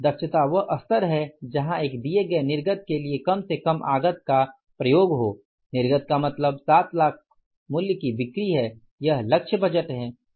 दक्षता वह स्तर है जहाँ एक दिए गए निर्गत के लिए कम से कम आगत का प्रयोग हो निर्गत का मतलब 7 लाख मूल्य की बिक्री है यह लक्ष्य बजट है